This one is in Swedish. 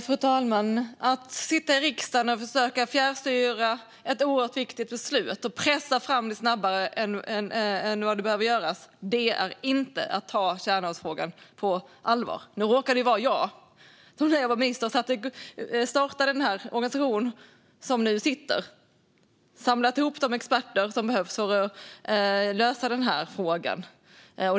Fru talman! Att sitta i riksdagen och försöka fjärrstyra ett oerhört viktigt beslut och pressa fram det snabbare än vad som behövs är inte att ta kärnavfallsfrågan på allvar. Nu råkar det vara jag som, när jag var minister, startade den organisation som nu sitter och som har samlat ihop de experter som behövs för att lösa frågan.